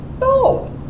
No